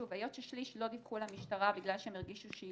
היות ששליש לא דיווחו למשטרה בגלל שהם הרגישו שהיא